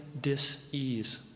dis-ease